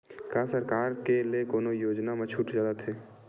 का सरकार के ले कोनो योजना म छुट चलत हे?